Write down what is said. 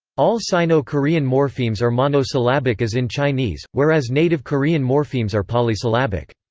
all sino korean morphemes are monosyllabic as in chinese, whereas native korean morphemes are polysyllabic.